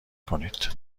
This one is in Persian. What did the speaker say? کنید